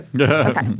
Okay